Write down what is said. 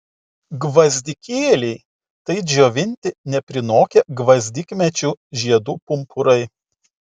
gvazdikėliai tai džiovinti neprinokę gvazdikmedžių žiedų pumpurai